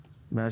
מהשטח.